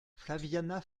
flaviana